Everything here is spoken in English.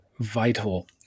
Vital